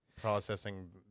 processing